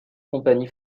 compagnies